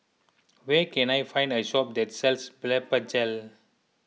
where can I find a shop that sells Blephagel